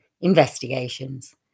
Investigations